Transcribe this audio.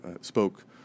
spoke